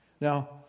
Now